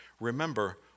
Remember